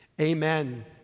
amen